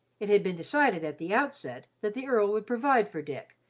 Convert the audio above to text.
it had been decided at the outset that the earl would provide for dick,